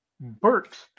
Burks